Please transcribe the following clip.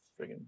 friggin